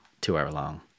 two-hour-long